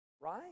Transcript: right